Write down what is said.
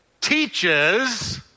teaches